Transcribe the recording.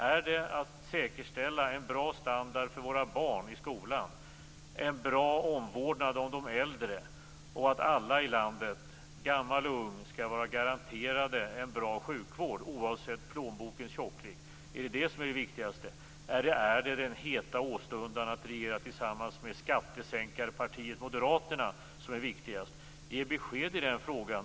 Är det att säkerställa en bra standard för våra barn i skolan, en bra omvårdnad om de äldre och att alla i landet, gammal och ung, skall vara garanterade en bra sjukvård oavsett plånbokens tjocklek? Är det detta som är det viktigaste, eller är det den heta åstundan att regera tillsammans med skattesänkarpartiet Moderaterna som är det viktigaste? Ge besked i den frågan!